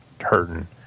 hurting